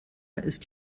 ist